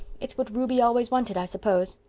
it's what ruby always wanted, i suppose.